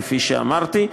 כפי שאמרתי,